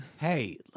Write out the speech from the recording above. Hey